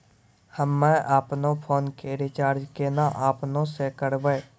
हम्मे आपनौ फोन के रीचार्ज केना आपनौ से करवै?